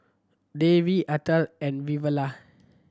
Devi Atal and Vavilala